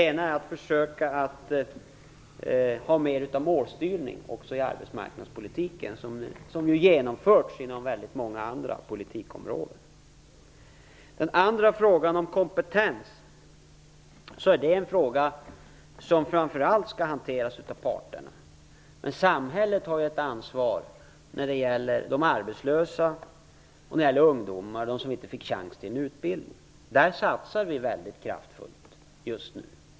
En är att försöka att ha mer av målstyrning också i arbetsmarknadspolitiken, som ju genomförts inom många andra politikområden. Den andra frågan gällde kompetens. Det är en fråga som framför allt skall hanteras av parterna. Samhället har ett ansvar för de arbetslösa och ungdomar, dem som inte fick en chans till en utbildning. Där satsar vi väldigt kraftfullt just nu.